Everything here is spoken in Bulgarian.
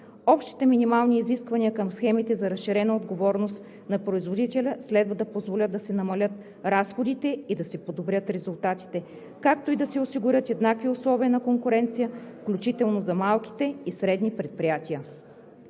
Общите минимални изисквания към схемите за разширена отговорност на производителя следва да позволят да се намалят разходите и да се подобрят резултатите, както и да се осигурят еднакви условия на конкуренция, включително за малките и средните предприятия,